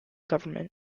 government